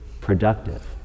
productive